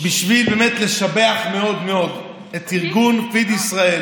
בשביל באמת לשבח מאוד מאוד את ארגון פיד ישראל,